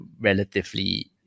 relatively